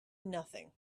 nothing